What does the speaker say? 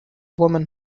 women